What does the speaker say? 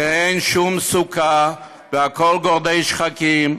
כי אין שום סוכה והכול גורדי שחקים,